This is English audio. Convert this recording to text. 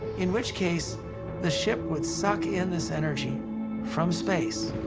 in which case the ship would suck in this energy from space.